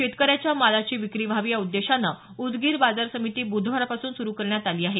शेतकऱ्याच्या मालाची विक्री व्हावी या उद्देशानं उदगीर बाजार समिती बुधवारपासून सुरु करण्यात आली आहे